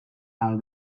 and